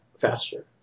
faster